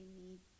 need